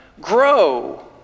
grow